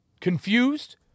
confused